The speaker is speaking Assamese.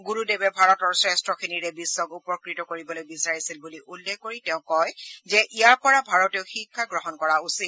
গুৰুদেৱে ভাৰতৰ শ্ৰেষ্ঠখিনিৰে বিশ্বক উপকৃত কৰিবলৈ বিচাৰিছিল বুলি উল্লেখ কৰি তেওঁ কয় যে ইয়াৰ পৰা ভাৰতেও শিক্ষা গ্ৰহণ কৰা উচিত